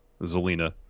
Zelina